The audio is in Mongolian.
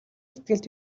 сэтгэлд